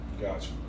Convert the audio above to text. Gotcha